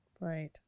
Right